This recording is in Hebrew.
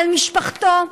על משפחתו.